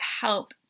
help